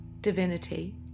divinity